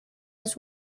his